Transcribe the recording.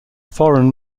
foreign